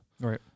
Right